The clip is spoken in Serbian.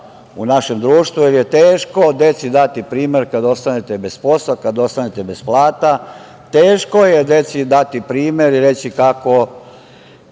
u našem društvu, jer je teško deci dati primer kad ostanete bez posla, kad ostanete bez plata, teško je deci dati primer i reći kako